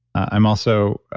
i'm also,